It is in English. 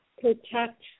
protect